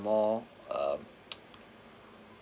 more um